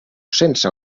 sense